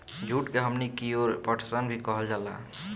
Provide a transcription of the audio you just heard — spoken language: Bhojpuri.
जुट के हमनी कियोर पटसन भी कहल जाला